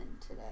today